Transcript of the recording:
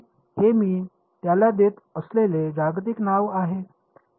हे मी त्याला देत असलेले जागतिक नाव आहे